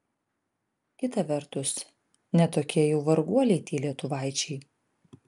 kita vertus ne tokie jau varguoliai tie lietuvaičiai